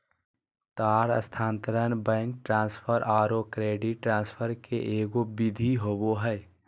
तार स्थानांतरण, bank transfer औरो क्रेडिट ट्रांसफ़र के एगो विधि होबो हइ